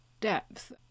depth